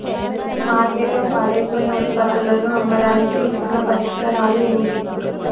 మార్కెట్లో పాడైపోయిన ఉత్పత్తులను అమ్మడానికి ఉత్తమ పరిష్కారాలు ఏమిటి?